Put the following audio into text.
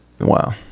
wow